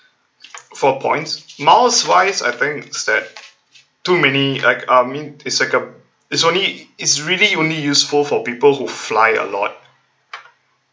for points miles wise I think is that too many uh I mean it's like a it's only it's really only useful for people who fly a lot